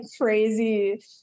crazy